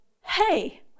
hey